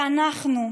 ואנחנו,